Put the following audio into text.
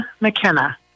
McKenna